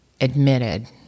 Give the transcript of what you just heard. Admitted